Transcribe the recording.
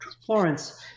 Florence